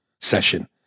session